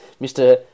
Mr